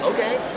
Okay